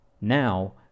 Now